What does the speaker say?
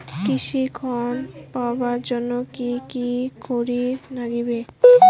কৃষি ঋণ পাবার জন্যে কি কি করির নাগিবে?